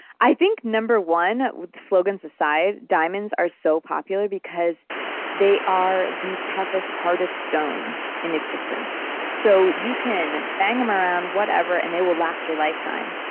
i think number one, with slogans aside, diamonds are so popular because they are the toughest, hardest stone in existence. so, you can bang them around, whatever, and they will last your lifetime.